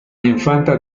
infanta